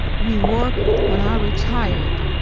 we work, when i retired,